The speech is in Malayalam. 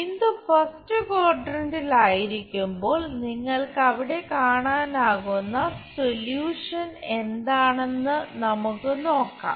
ബിന്ദു ഫസ്റ്റ് ക്വാഡ്രന്റിലായിരിക്കുമ്പോൾ നിങ്ങൾക്ക് അവിടെ കാണാനാകുന്ന സൊല്യൂഷൻ എന്താണെന്നു നമുക്ക് നോക്കാം